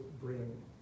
bring